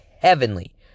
heavenly